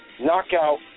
Knockout